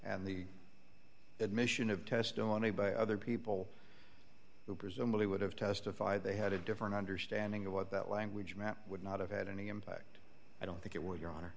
and the admission of testimony by other people who presumably would have testified they had a different understanding of what that language map would not have had any impact i don't think it was